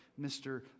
Mr